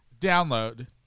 download